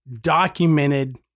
documented